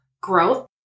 growth